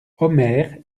omer